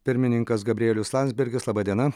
pirmininkas gabrielius landsbergis laba diena